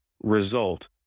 result